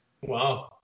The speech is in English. Wow